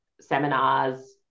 seminars